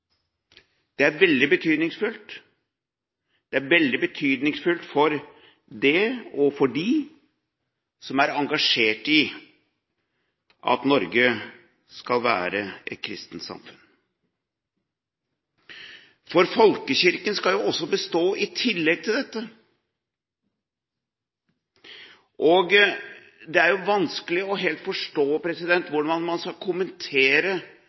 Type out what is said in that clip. Det er veldig betydningsfullt for dem som er engasjert i at Norge skal være et kristent samfunn. For folkekirken skal jo også bestå i tillegg til dette, og det er vanskelig å forstå hvordan man skal kommentere